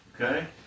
Okay